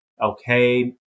okay